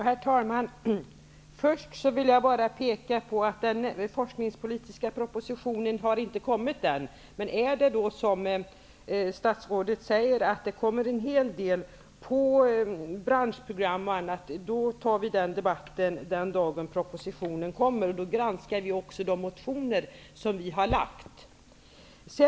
Herr talman! Först vill jag peka på att den forskningspolitiska propositionen inte har kommit ännu. Men om det är som statsrådet säger, att det kommer en hel del om branschprogram och annat, tar vi den debatten den dag propositionen kommer. Då granskar vi också de motioner som har lagts fram.